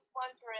wondering